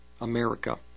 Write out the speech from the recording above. America